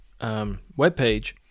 webpage